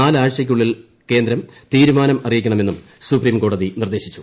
നാല് ആഴ്ചയ്ക്കുള്ളിൽ കേന്ദ്രം തീരുമാനം അറിയിക്കണമെന്നും സുപ്രീംകോടതി നിർദ്ദേശിച്ചു